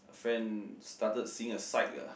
a friend started seeing a psych ah